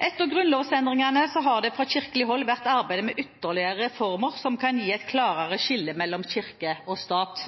Etter grunnlovsendringene har det fra kirkelig hold vært arbeidet med ytterligere reformer som kan gi et klarere skille mellom kirke og stat.